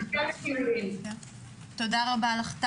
כאמור,